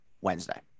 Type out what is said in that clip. Wednesday